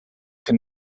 can